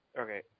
Okay